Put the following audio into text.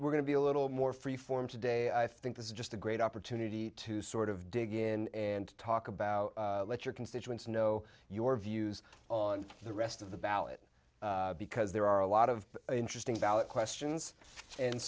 we're going to be a little more freeform today i think this is just a great opportunity to sort of dig in and talk about let your constituents know your views on the rest of the ballot because there are a lot of interesting ballot questions and